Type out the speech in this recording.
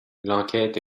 l’enquête